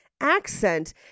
accent